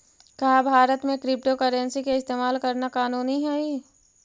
का भारत में क्रिप्टोकरेंसी के इस्तेमाल करना कानूनी हई?